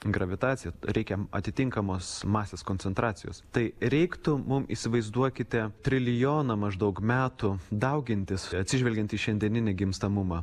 gravitaciją reikia atitinkamos masės koncentracijos tai reiktų mum įsivaizduokite trilijoną maždaug metų daugintis atsižvelgiant į šiandieninį gimstamumą